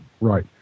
right